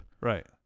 Right